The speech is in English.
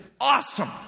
awesome